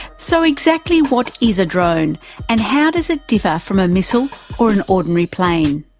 so exactly what is a drone and how does it differ from a missile or an ordinary plane?